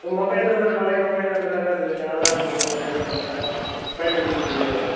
mobile number பழைய mobile நம்பராக தான் இருக்குதுங்க ஆதார்ல இருந்த மொபைல் நம்பர் தாங்க பயன்படுத்திக்கிட்டு இருக்கிறேங்க